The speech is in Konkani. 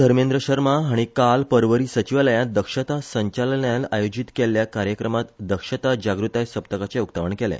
धर्मेंद्र शर्मा हांणी आयज पर्वरी सचिवालयात दक्षता संचालनालयान आयोजित केल्ल्या कार्यक्रमात दक्षता जागृताय सप्तकाचे उक्तावण केले